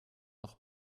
noch